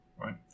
right